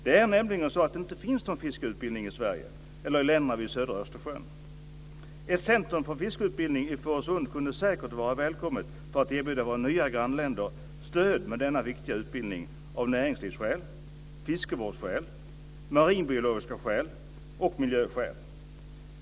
Det är nämligen så att det inte finns någon fiskeutbildning i Sverige eller i länderna vid södra Östersjön. Ett centrum för fiskeutbildning i Fårösund kunde säkert vara välkommet för att erbjuda våra nya grannländer stöd med denna viktiga utbildning av näringslivsskäl, fiskevårdsskäl, marinbiologiska skäl och miljöskäl.